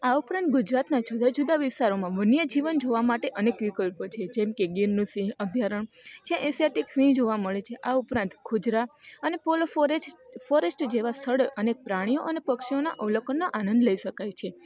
આ ઉપરાંત ગુજરાતના જુદા જુદા વિસ્તારોમાં વન્યજીવન જોવા માટે અનેક વિકલ્પો છે જેમકે ગીરનું સિંહ અભ્યારણ જ્યાં એસિયાટિક સિંહ જોવા મળે છે આ ઉપરાંત ખુજરા અને પોલો ફોરેસ્ટ ફોરેસ્ટ જેવા સ્થળ અને પ્રાણીઓ અને પક્ષીઓના અવલોકનનો આનંદ લઈ સકાય છે